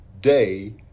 day